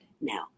now